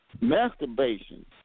Masturbation